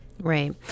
Right